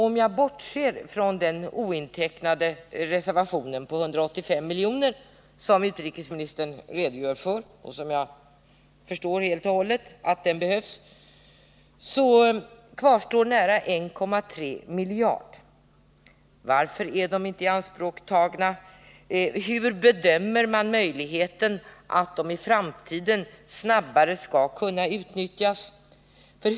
Om jag bortser från den ointecknade reservationen på 185 miljoner — som utrikesministern redogör för och som jag helt och hållet förstår behövs — så finner jag att nära 1,3 miljarder kvarstår. Varför är de inte ianspråktagna? Hur bedömer man möjligheten att de i framtiden skall kunna utnyttjas snabbare?